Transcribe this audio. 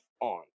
on